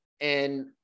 and-